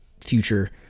future